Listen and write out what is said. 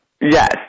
Yes